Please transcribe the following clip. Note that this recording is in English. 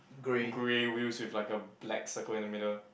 grey wheels with like a black circle in the middle